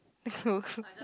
cool cool